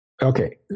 okay